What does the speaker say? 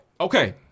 Okay